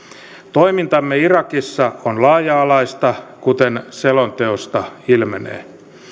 toimintamme irakissa on laaja alaista kuten selonteosta ilmenee